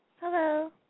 Hello